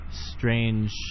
strange